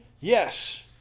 Yes